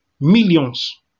millions